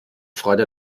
freude